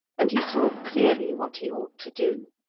and he saw clearly what he ought to do.